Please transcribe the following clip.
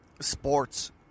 sports